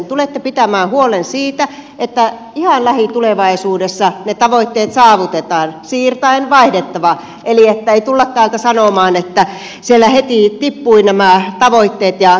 tulette pitämään huolen siitä että ihan lähitulevaisuudessa ne tavoitteet saavutetaan siirtäen vaihdettava eli että ei tulla täältä sanomaan että siellä heti tippuivat nämä tavoitteet ja tuloksellisuus